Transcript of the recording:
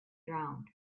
drowned